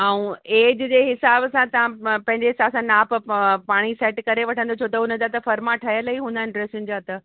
ऐं एज जे हिसाब सां तव्हां पंहिंजे हिसाब सां नाप पाण ई सेट करे वठंदो छो त उन जा त फर्मा ठहियल ई हूंदा आहिनि ड्रेसियुनि जा त